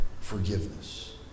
forgiveness